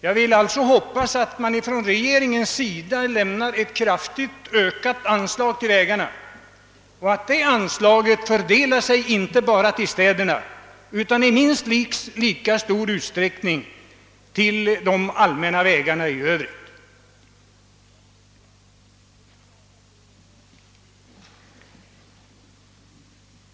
Jag hoppas alltså att regeringen finner möjligheter till en kraftig ökning av anslaget till vägarna och att det anslaget fördelas inte bara på städerna utan i minst lika stor utsträckning på de allmänna vägarna i Övrigt.